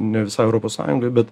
ne visai europos sąjungoj bet